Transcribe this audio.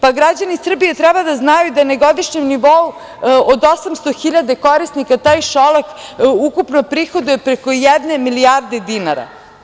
Pa, građani Srbije treba da znaju da je na godišnjem nivou od 800.000 korisnika, taj Šolak ukupno prihoduje preko jedne milijarde dinara.